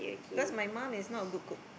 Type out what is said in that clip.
cause my mom is not a good cook